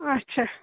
اچھا